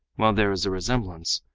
while there is a resemblance,